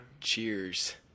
Cheers